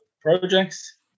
projects